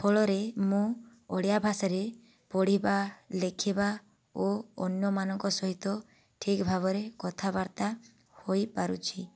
ଫଳରେ ମୁଁ ଓଡ଼ିଆ ଭାଷାରେ ପଢ଼ିବା ଲେଖିବା ଓ ଅନ୍ୟମାନଙ୍କ ସହିତ ଠିକ୍ ଭାବରେ କଥାବାର୍ତ୍ତା ହୋଇପାରୁଛି